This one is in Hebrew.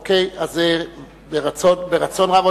אוקיי, אז ברצון רב.